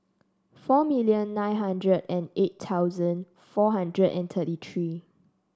four million nine hundred and eight thousand four hundred and thirty three